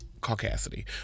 caucasity